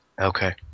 okay